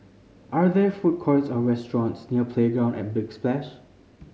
are there food courts or restaurants near Playground at Big Splash